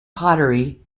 pottery